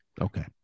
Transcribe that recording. Okay